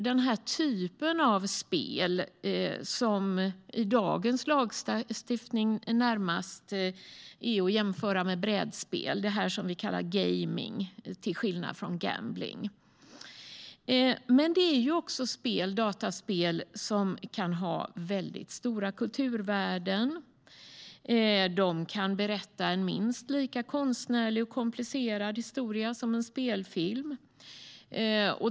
Den typ av dataspel som enligt dagens lagstiftning närmast är att jämföra med brädspel, det som vi kallar "gaming" till skillnad från "gambling", kan också ha väldigt stora kulturvärden. De kan berätta en minst lika konstnärlig och komplicerad historia som en spelfilm.